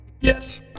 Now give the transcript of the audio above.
Yes